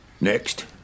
Next